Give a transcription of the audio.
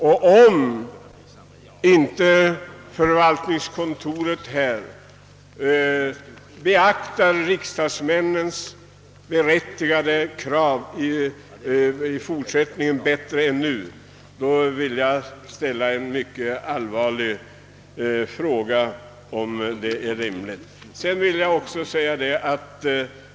Jag vill rikta en allvarlig vädjan till förvaltningskontoret att i fortsättningen på ett bättre sätt än hittills beakta riksdagsmännens krav på arbetsutrymmen.